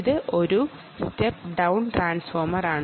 ഇത് ഒരു step down ട്രാൻസ്ഫോർമറാണ്